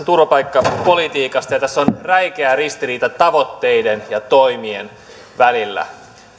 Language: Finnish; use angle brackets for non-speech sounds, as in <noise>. <unintelligible> turvapaikkapolitiikasta ja tässä on räikeä ristiriita tavoitteiden ja toimien välillä